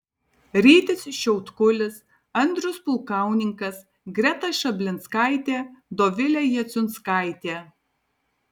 rytis šiautkulis andrius pulkauninkas greta šablinskaitė dovilė jaciunskaitė